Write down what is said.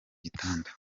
gitanda